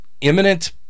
imminent